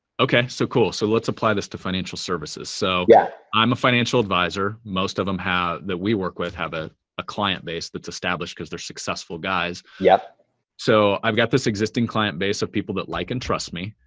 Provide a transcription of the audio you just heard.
ok. so cool. so let's apply this to financial services. so yeah i'm a financial advisor, most of them that we work with have a client base that's established because there's successful guys. yeah so i've got this existing client base of people that like and trust me.